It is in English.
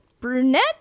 Brunette